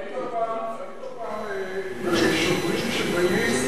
ראית פעם שוטרים שבאים,